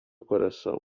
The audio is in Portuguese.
coração